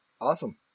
Awesome